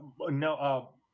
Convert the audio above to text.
no